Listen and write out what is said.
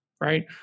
right